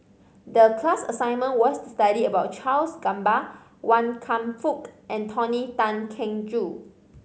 the class assignment was to study about Charles Gamba Wan Kam Fook and Tony Tan Keng Joo